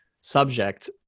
subject